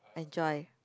enjoy